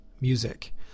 music